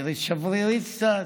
נראית שברירית קצת,